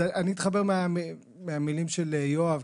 אני אתחבר מהמילים של יואב,